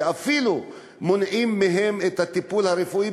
שאפילו מונעים מהם את הטיפול הרפואי,